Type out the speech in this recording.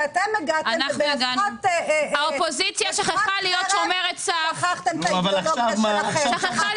אתם הגעתם ובבת אחת הוכחתם את האידיאולוגיה שלכם.